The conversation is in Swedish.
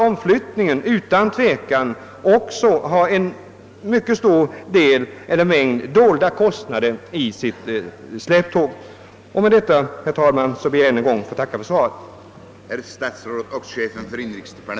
Omflyttningen har utan tvivel också en mängd dolda kostnader i släptåg. Med detta ber jag, herr talman, att än en gång få tacka för svaret.